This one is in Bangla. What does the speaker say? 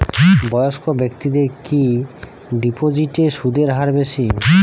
বয়স্ক ব্যেক্তিদের কি ডিপোজিটে সুদের হার বেশি?